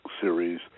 series